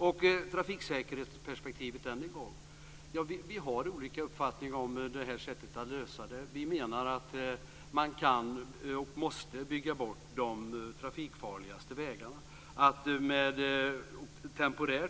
Än en gång trafiksäkerhetsperspektivet: Vi har olika uppfattning om hur det ska lösas. Vi menar att de trafikfarligaste vägarna måste byggas bort.